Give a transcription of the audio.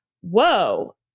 whoa